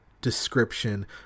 description